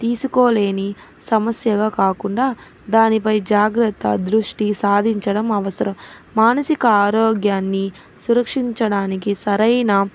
తీసుకోలేని సమస్యగా కాకుండా దానిపై జాగ్రత్త దృష్టి సాధించడం అవసరం మానసిక ఆరోగ్యాన్ని సురక్షించడానికి సరైన